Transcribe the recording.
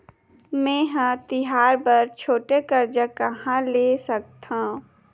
मेंहा तिहार बर छोटे कर्जा कहाँ ले सकथव?